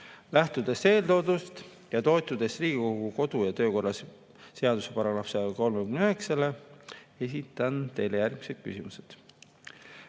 Lähtudes eeltoodust ja toetudes Riigikogu kodu‑ ja töökorra seaduse §‑le 139, esitan teile järgmised küsimused.